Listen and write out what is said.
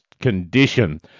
condition